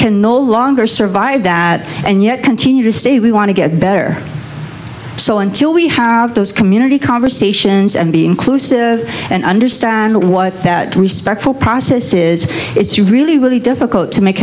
can no longer survive that and yet continue to stay we want to get better so until we have those community conversations and be inclusive and understand what that respectful process is it's really really difficult to make